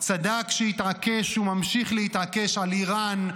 צדק כשהתעקש על לבנון; צדק כשהתעקש וממשיך להתעקש על איראן,